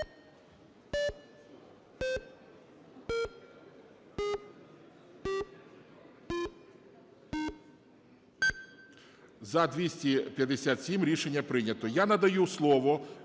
За-257 Рішення прийнято. Я надаю слово